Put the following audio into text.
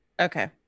Okay